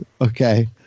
Okay